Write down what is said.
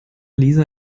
lisa